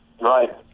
right